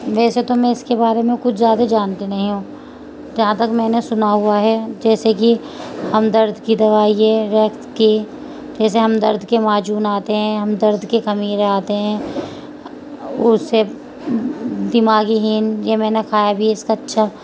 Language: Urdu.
ویسے تو میں اس کے بارے میں کچھ زیادہ جانتے نہیں ہوں جہاں تک میں نے سنا ہوا ہے جیسے کہ ہم درد کی دوائی ہے رکت کی جیسے ہم درد کے معجون آتے ہیں ہم درد کے خمیرے آتے ہیں اسے دماغی ہین یہ میں نے کھایا بھی اس کا اچھا